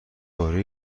پاره